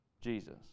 Jesus